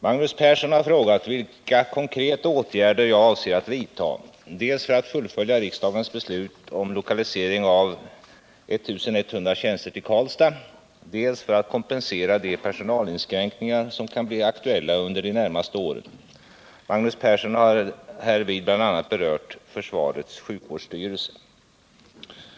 Herr talman! Magnus Persson har frågat vilka konkreta åtgärder jag avser att vidta dels för att fullfölja riksdagens beslut om lokalisering av 1100 tjänster till Karlstad, dels för att kompensera de personalinskränkningar som kan bli aktuella under de närmaste åren. Magnus Persson har härvid bl.a. berört försvarets sjukvårdsstyrelse.